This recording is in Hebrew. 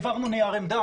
העברנו נייר עמדה,